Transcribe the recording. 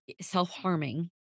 self-harming